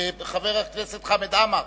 הכנסת חמד עמאר,